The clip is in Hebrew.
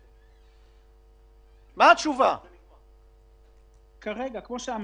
כרגע, כמו שאמרתי,